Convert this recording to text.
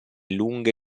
lunghe